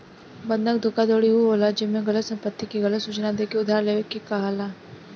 बंधक धोखाधड़ी उ होला जेमे गलत संपत्ति के गलत सूचना देके उधार लेवे के कहाला